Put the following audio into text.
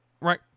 right